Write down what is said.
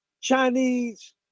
Chinese